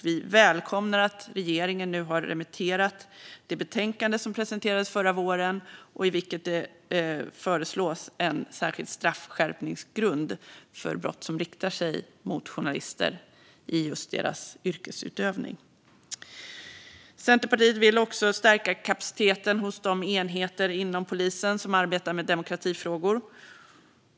Vi välkomnar att regeringen har remitterat det betänkande som presenterades förra våren i vilket det föreslås en särskild straffskärpningsgrund för brott som riktar sig mot journalister i deras yrkesutövning. Centerpartiet vill också stärka kapaciteten hos de enheter inom polisen som arbetar med demokratifrågor.